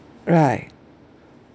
right